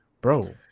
bro